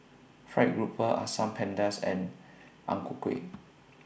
Fried Grouper Asam Pedas and Ang Ku Kueh